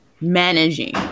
managing